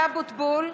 אבוטבול,